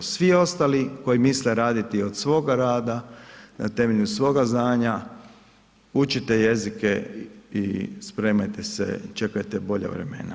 Svi ostali koji misle raditi od svoga rada, na temelju svoga znanja, učite jezike i spremajte se i čekajte bolja vremena.